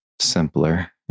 simpler